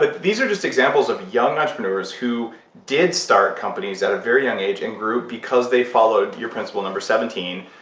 but these are just examples of young entrepreneurs who did start companies at a very young age, and grew because they followed your principle number seventeen,